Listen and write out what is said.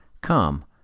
Come